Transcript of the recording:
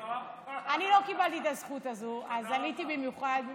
אני לא קיבלתי את הזכות הזו, אז עליתי במיוחד,